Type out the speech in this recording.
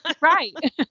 Right